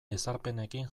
ezarpenekin